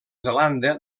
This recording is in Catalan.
zelanda